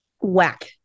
whack